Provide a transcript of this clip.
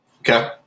Okay